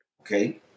Okay